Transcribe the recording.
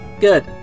Good